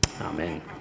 amen